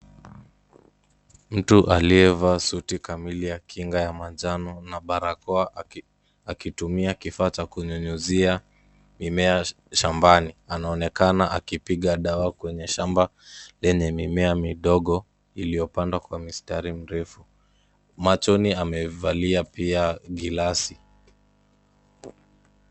Mtu aliyevaa suti kamili ya kinga ya manjano na barakoa akitumia kifaa cha kunyunyuzia mimea shambani. Anaonekana akipiga dawa kwenye shamba lenye mimea midogo iliyopandwa kwa mistari mirefu. Machoni amevalia pia gilasi.